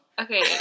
Okay